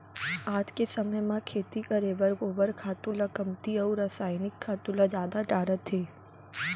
आज के समे म खेती करे बर गोबर खातू ल कमती अउ रसायनिक खातू ल जादा डारत हें